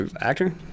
Actor